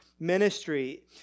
ministry